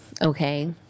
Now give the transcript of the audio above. Okay